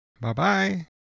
Bye-bye